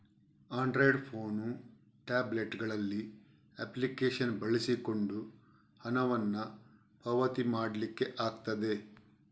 Android phone, tablet ಗಳಲ್ಲಿ application ಬಳಸಿಕೊಂಡು ಹಣವನ್ನ ಪಾವತಿ ಮಾಡ್ಲಿಕ್ಕೆ ಆಗ್ತದೆ